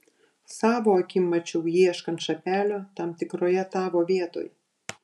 savom akim mačiau jį ieškant šapelio tam tikroje tavo vietoj